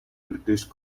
british